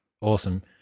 Awesome